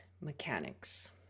mechanics